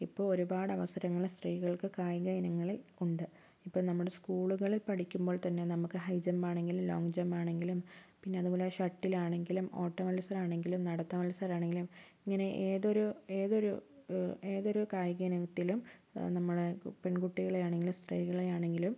ഇപ്പോൾ ഒരുപാട് അവസരങ്ങളിൽ സ്ത്രീകൾക്ക് കായിക ഇനങ്ങളിൽ ഉണ്ട് ഇപ്പം നമ്മുടെ സ്കൂളുകളിൽ പഠിക്കുമ്പോൾ തന്നെ നമുക്ക് ഹൈ ജമ്പാണെങ്കിലും ലോങ്ങ് ജമ്പാണെങ്കിലും പിന്നതു പോലെ ഷട്ടിലാണെങ്കിലും ഓട്ടമത്സരമാണെങ്കിലും നടത്ത മത്സരമാണെങ്കിലും ഇങ്ങനെ ഏതൊരു ഏതൊരു ഏതൊരു കായിക ഇനത്തിലും നമ്മള് പെൺകുട്ടികളെയാണെങ്കിലും സ്ത്രീകളെയാണെങ്കിലും